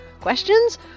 Questions